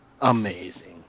Amazing